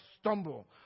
stumble